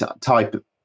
type